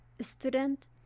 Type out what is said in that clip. student